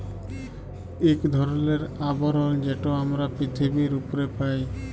ইক ধরলের আবরল যেট আমরা পিথিবীর উপ্রে পাই